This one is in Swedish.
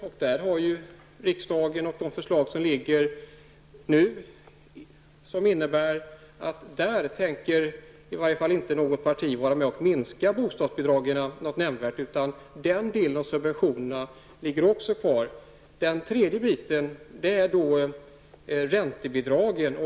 Och de förslag som nu föreligger i detta sammanmhang innebär att inget parti tänker minska bostadsbidragen något nämnvärt, utan den delen av subventionerna kommer också att finnas kvar. Den tredje delen är räntebidragen.